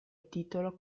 titolo